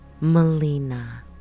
Melina